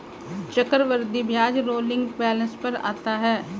चक्रवृद्धि ब्याज rolling balance पर आता है